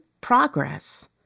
progress